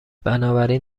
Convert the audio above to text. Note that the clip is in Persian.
بنابراین